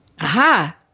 Aha